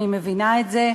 אני מבינה את זה,